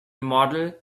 model